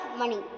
money